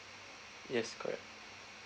yes correct